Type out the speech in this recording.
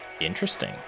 Interesting